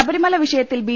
ശബരിമല വിഷയത്തിൽ ബി